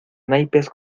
naipes